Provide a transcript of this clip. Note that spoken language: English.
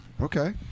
Okay